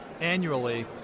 annually